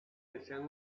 desean